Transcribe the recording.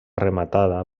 rematada